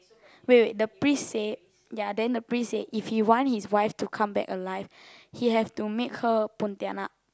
wait wait the priest said ya then the priest say if he want his wife to come back alive he have to make her a pontianak